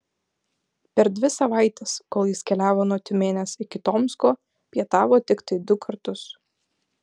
per dvi savaites kol jis keliavo nuo tiumenės iki tomsko pietavo tiktai du kartus